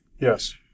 Yes